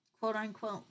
quote-unquote